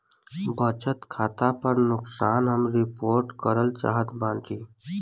बचत खाता पर नुकसान हम रिपोर्ट करल चाहत बाटी